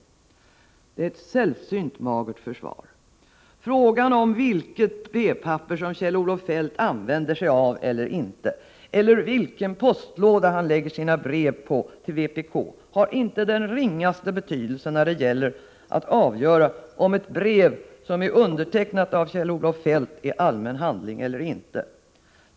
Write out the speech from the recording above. Detta är ett sällsynt magert försvar. Frågan om vilket brevpapper Kjell-Olof Feldt använder eller vilken postlåda han lägger sina brev till vpk i har inte den ringaste betydelse när det gäller att avgöra om ett brev som är undertecknat av Kjell-Olof Feldt är allmän handling eller inte.